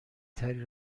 تری